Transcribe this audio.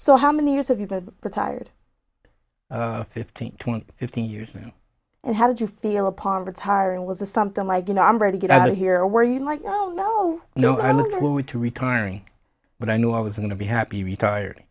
so how many years have you been retired fifteen twenty fifteen years now and how did you feel upon retiring was a something like you know i'm ready get out of here where you like no no no i look forward to retiring but i knew i was going to be happy retired